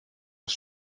das